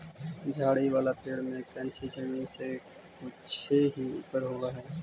झाड़ी वाला पेड़ में कंछी जमीन से कुछे ही ऊपर होवऽ हई